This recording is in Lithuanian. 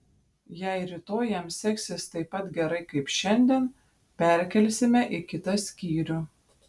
jei rytoj jam seksis taip pat gerai kaip šiandien perkelsime į kitą skyrių